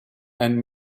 and